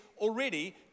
already